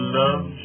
love